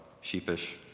sheepish